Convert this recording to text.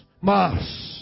mas